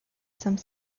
some